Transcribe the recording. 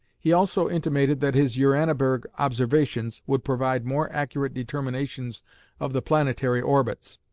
he also intimated that his uraniborg observations would provide more accurate determinations of the planetary orbits,